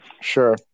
Sure